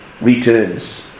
returns